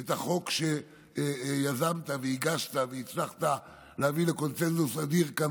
את החוק שיזמת והגשת והצלחת להביא לקונסנזוס אדיר כאן,